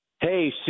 Hey